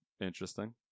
interesting